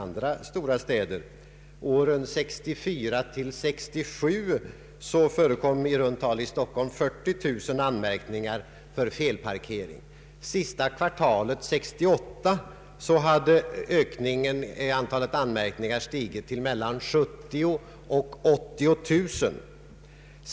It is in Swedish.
Under åren 1964— 1967 förekom i runt tal i Stockholm 40 000 anmärkningar i kvartalet för felparkering. Under sista kvartalet 1968 hade antalet anmärkningar stigit till mellan 70000 och 80000.